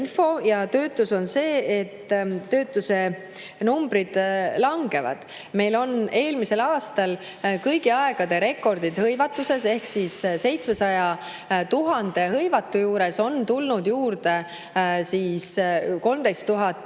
töötuse info, töötuse numbrid langevad. Meil olid eelmisel aastal kõigi aegade rekordid hõivatuses: 700 000 hõivatu juures on tulnud juurde 13 000